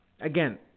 Again